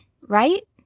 right